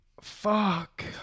Fuck